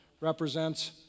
represents